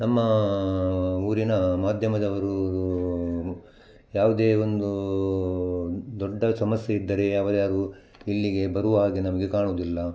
ನಮ್ಮ ಊರಿನ ಮಾಧ್ಯಮದವರು ಯಾವುದೇ ಒಂದು ದೊಡ್ಡ ಸಮಸ್ಯೆ ಇದ್ದರೆ ಅವರು ಯಾರೂ ಇಲ್ಲಿಗೆ ಬರುವ ಹಾಗೆ ನಮಗೆ ಕಾಣುವುದಿಲ್ಲ